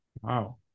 Wow